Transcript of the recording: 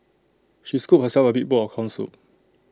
she scooped herself A big bowl of Corn Soup